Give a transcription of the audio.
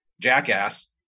jackass